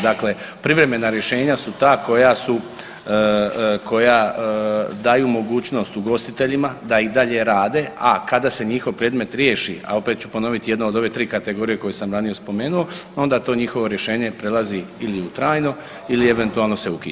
Dakle, privremena rješenja su ta koja su, koja daju mogućnost ugostiteljima da i dalje rade, a kada se njihov predmet riješi, a opet ću ponoviti jedna od ove tri kategorije koje sam ranije spomenuo, onda to njihovo rješenje prelazi ili u trajno ili eventualno se ukida.